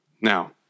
Now